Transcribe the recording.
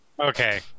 Okay